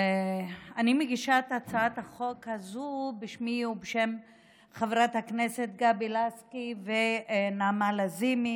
אני מגישה את הצעת החוק הזו בשמי ובשם חברת הכנסת גבי לסקי ונעמה לזימי,